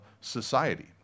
society